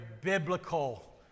biblical